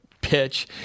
pitch